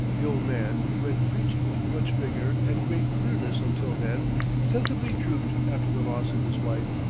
the old man, who had preached with much vigor and great clearness until then sensibly drooped after the loss of his wife.